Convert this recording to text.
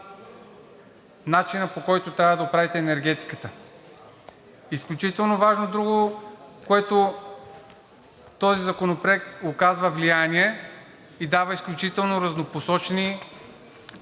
начинът, по който трябва да оправите енергетиката. Изключително важно е друго, върху което този законопроект оказва влияние и дава изключително разнопосочни